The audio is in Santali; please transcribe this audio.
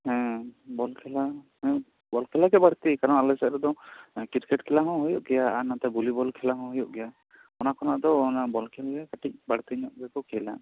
ᱦᱮᱸ ᱵᱚᱞ ᱠᱷᱮᱞᱟ ᱵᱚᱞ ᱠᱷᱮᱞᱟ ᱜᱮ ᱵᱟᱹᱲᱛᱤ ᱠᱟᱨᱚᱱ ᱟᱞᱮ ᱥᱮᱫ ᱨᱮᱫᱚ ᱠᱨᱤᱠᱮᱴ ᱠᱷᱮᱞᱟ ᱦᱚᱸ ᱦᱩᱭᱩᱜ ᱜᱮᱭᱟ ᱟᱨ ᱱᱚᱛᱮ ᱵᱷᱩᱞᱤ ᱵᱚᱞ ᱠᱷᱮᱞᱟ ᱦᱚᱸ ᱦᱩᱭᱩᱜ ᱜᱮᱭᱟ ᱚᱱᱟ ᱠᱷᱚᱱᱟᱜ ᱫᱚ ᱵᱚᱞ ᱠᱷᱮᱞ ᱜᱮ ᱠᱟᱹᱴᱤᱡ ᱵᱟᱹᱲᱛᱤ ᱧᱚᱜ ᱜᱮᱠᱚ ᱠᱷᱮᱞᱟ